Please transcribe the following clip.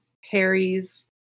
Harry's